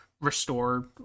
restore